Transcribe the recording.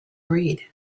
read